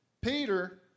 Peter